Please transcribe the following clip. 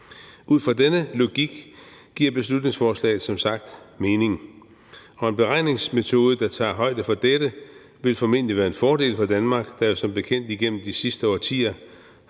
Ud fra denne logik giver beslutningsforslaget som sagt mening, og en beregningsmetode, der tager højde for dette, vil formentlig være en fordel for Danmark, der jo som bekendt igennem de sidste årtier